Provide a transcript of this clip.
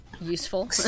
useful